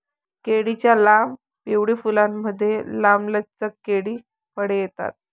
केळीच्या लांब, पिवळी फुलांमुळे, लांबलचक केळी फळे येतात